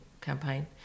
campaign